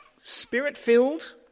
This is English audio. spirit-filled